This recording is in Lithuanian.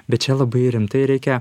bet čia labai rimtai reikia